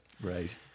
Right